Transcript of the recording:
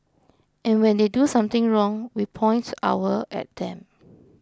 and when they do something wrong we point our at them